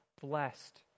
blessed